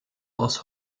aus